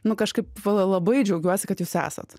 nu kažkaip la labai džiaugiuosi kad jūs esat